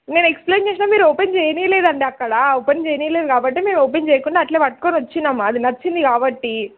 నేను ఎక్స్ప్లెయిన్ చేసిన మీరు ఓపెన్ చేయనీయలేదండి అక్కడ ఓపెన్ చేయనీయలేదు కాబట్టి మేము ఓపెన్ చేయకుండా అట్లే పట్టుకొని వచ్చినాం అది నచ్చింది కాబట్టి